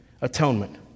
atonement